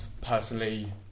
personally